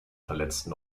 verletzten